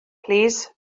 plîs